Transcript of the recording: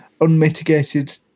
unmitigated